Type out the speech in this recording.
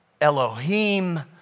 Elohim